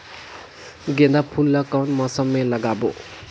गेंदा फूल ल कौन मौसम मे लगाबो?